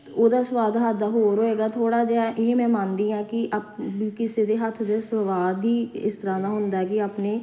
ਉਹਦਾ ਸਵਾਦ ਹੱਥ ਦਾ ਹੋਰ ਹੋਏਗਾ ਥੋੜ੍ਹਾ ਜਿਹਾ ਇਹ ਮੈਂ ਮੰਨਦੀ ਹਾਂ ਕਿ ਆਪ ਕਿਸੇ ਦੇ ਹੱਥ ਦੇ ਸਵਾਦ ਹੀ ਇਸ ਤਰ੍ਹਾਂ ਦਾ ਹੁੰਦਾ ਕਿ ਆਪਣੇ